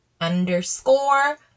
Underscore